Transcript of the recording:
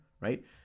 right